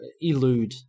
elude